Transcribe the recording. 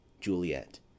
Juliet